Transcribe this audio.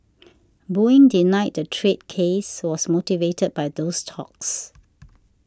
Boeing denied the trade case was motivated by those talks